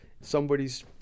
somebody's